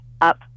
up